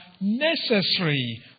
necessary